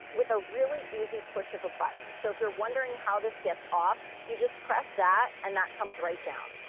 with a really easy push of a button. so if you are wondering how this gets off, you just press that, and that comes right down.